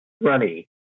runny